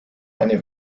eine